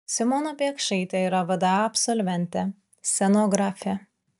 simona biekšaitė yra vda absolventė scenografė